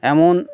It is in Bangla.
এমন